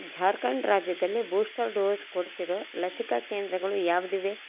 ಝಾರ್ಖಂಡ್ ರಾಜ್ಯದಲ್ಲಿ booster dose ಕೊಡ್ತಿರೋ ಲಸಿಕಾ ಕೇಂದ್ರಗಳು ಯಾವುದಿವೆ